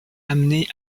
amener